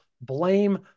blame